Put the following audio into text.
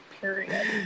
period